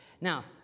Now